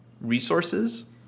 resources